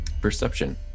Perception